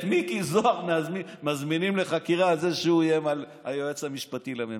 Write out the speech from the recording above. את מיקי זוהר מזמינים לחקירה על זה שהוא איים על היועץ המשפטי לממשלה.